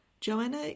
Joanna